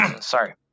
sorry